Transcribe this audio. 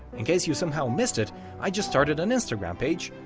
in case you somehow missed it i just started an instagram page,